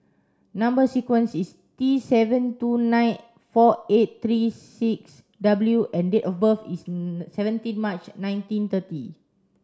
number sequence is T seven two nine four eight three six W and date of birth is seventeen March nineteen thirty